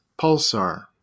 pulsar